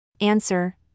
Answer